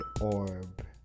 orb